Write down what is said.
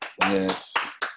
Yes